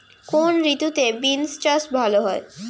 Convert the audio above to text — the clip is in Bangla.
কোন ঋতুতে বিন্স চাষ ভালো হয়?